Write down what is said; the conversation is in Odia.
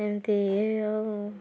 ଏମିତି ଇଏ ଆଉ